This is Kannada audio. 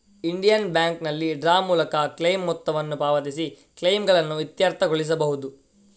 ಇಂಡಿಯನ್ ಬ್ಯಾಂಕಿನಲ್ಲಿ ಡ್ರಾ ಮೂಲಕ ಕ್ಲೈಮ್ ಮೊತ್ತವನ್ನು ಪಾವತಿಸಿ ಕ್ಲೈಮುಗಳನ್ನು ಇತ್ಯರ್ಥಗೊಳಿಸಬಹುದು